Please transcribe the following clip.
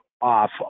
off